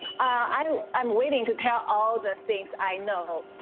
i am waiting to tell all the things i know,